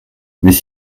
mais